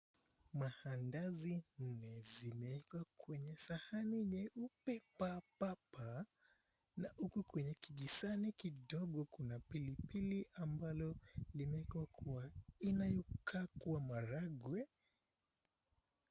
Mahandazi nne zimewekwa kwenye sahani nyeupenpapapa na huku kwenye kijisahani kuna pilipili ambayo imewekwa kwa, inayokaa kuwa maharagwe.